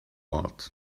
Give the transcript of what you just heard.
ort